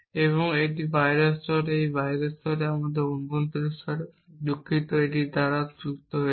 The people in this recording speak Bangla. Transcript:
এবং এই বাইরের স্তরে এবং এই বাইরের স্তরে এবং বা অভ্যন্তরীণ স্তরে দুঃখিত এবং দ্বারা যুক্ত হয়েছে